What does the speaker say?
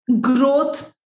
growth